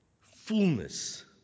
fullness